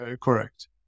correct